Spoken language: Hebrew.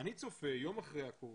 אני צופה יום אחרי הקורונה,